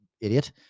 idiot